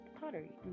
pottery